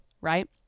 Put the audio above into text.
right